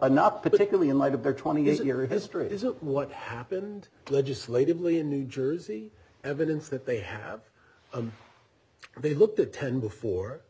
are not a particularly in light of their twenty eight year history it isn't what happened legislatively in new jersey evidence that they have they looked at ten before